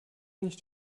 nicht